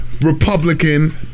Republican